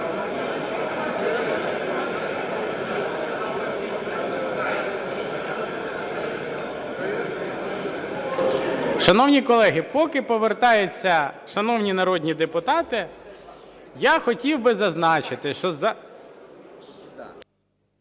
Шановні колеги, поки повертаються шановні народні депутати, я хотів би зазначити, що…